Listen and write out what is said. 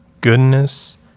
goodness